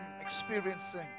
experiencing